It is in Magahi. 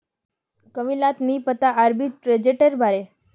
कविताक नी पता आर्बिट्रेजेर बारे